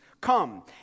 come